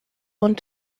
want